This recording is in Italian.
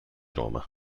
roma